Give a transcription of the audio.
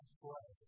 play